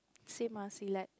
same ah select